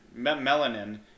melanin